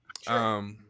Sure